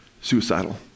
suicidal